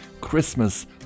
Christmas